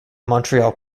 montreal